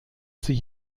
sich